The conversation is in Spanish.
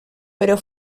pero